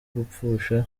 gupfusha